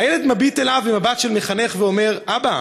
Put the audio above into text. הילד מביט אליו במבט של מחנך ואומר: אבא,